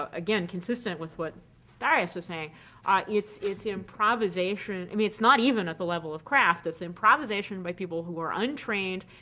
ah again consistent with what darius is saying ah it's it's improvisation. i mean it's not even at the level of craft it's improvisation by people who were untrained,